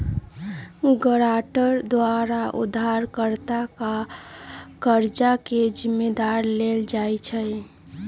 guarantor द्वारा उधारकर्ता के कर्जा के जिम्मदारी लेल जाइ छइ